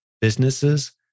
businesses